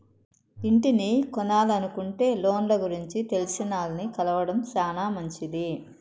ఇంటిని కొనలనుకుంటే లోన్ల గురించి తెలిసినాల్ని కలవడం శానా మంచిది